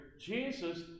Jesus